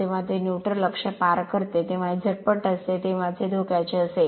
जेव्हा हे न्यूट्रलअक्ष पार करते तेव्हा हे झटपट असते तेव्हाच हे धोक्याचे असेल